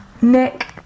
nick